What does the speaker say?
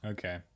Okay